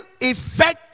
effective